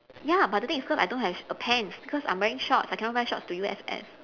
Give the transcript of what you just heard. ya but the thing is cause I don't have a pants because I'm wearing shorts I cannot wear shorts to U_S_S